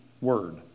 word